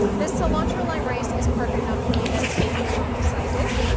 this cilantro lime rice is perfect, not only as a flavorful side dish,